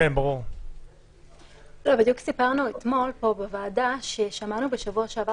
בדיוק סיפרנו אתמול פה בוועדה ששמענו בשבוע שעבר